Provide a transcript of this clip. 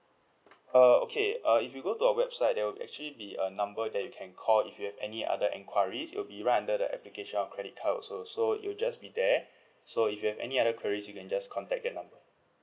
err okay uh if you go to our website there will actually be a number that you can call if you have any other enquiries it will be right under the application of credit card also so it'll just be there so if you have any other queries you can just contact that number